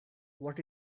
what